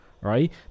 right